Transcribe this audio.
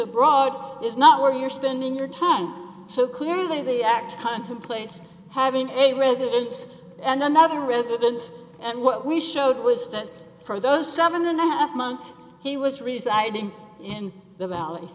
abroad is not where you're spending your time so clearly the act contemplates having a residence and another residence and what we showed was that for those seven and a half months he was residing in the valley